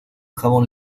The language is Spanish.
jabón